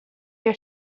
your